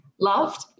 loved